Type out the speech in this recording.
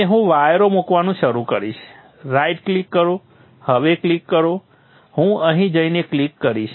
હવે હું વાયરો મૂકવાનું શરૂ કરીશ રાઇટ ક્લિક કરો હવે ક્લિક કરો હું અહીં જઈને ક્લિક કરીશ